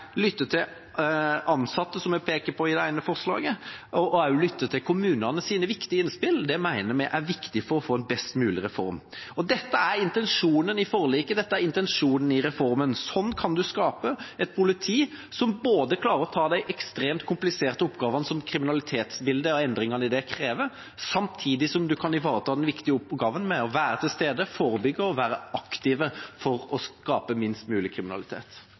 lytte til dem, lytte til ansatte, som vi peker på i det ene forslaget, og også lytte til kommunenes viktige innspill, mener vi er viktig for å få en best mulig reform. Dette er intensjonen i forliket, dette er intensjonen i reformen. Slik kan en skape et politi som både klarer å ta de ekstremt kompliserte oppgavene som kriminalitetsbildet og endringene i det krever, samtidig som en kan ivareta den viktige oppgaven med å være til stede, forebygge og være aktive for å skape minst mulig kriminalitet.